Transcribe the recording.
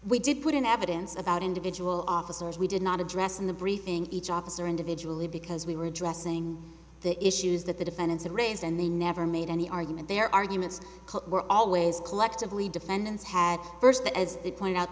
we did put in evidence about individual officers we did not address in the briefing each officer individually because we were addressing the issues that the defendants have raised and they never made any argument their arguments were always collectively defendants had first that as it pointed out